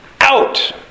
out